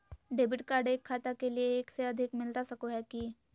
Debit card एक खाता के लिए एक से अधिक मिलता सको है की?